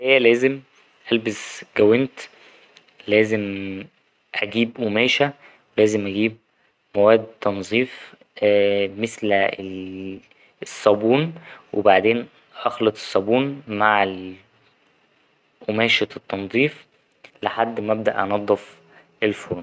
لازم ألبس جاونت لازم أجيب قماشة ولازم أجيب مواد تنظيف مثل الـ ـ الصابون وبعدين أخلط الصابون مع قماشة التنضيف لحد ما أبدأ أنضف الفرن.